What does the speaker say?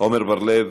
עמר בר-לב,